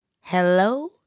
Hello